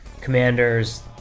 commander's